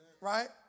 Right